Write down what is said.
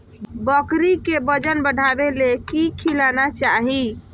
बकरी के वजन बढ़ावे ले की खिलाना चाही?